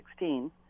2016